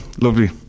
lovely